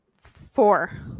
Four